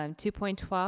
um two point one